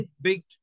big